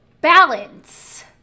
Balance